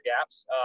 gaps